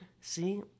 See